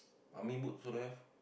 army boots also don't have